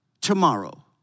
tomorrow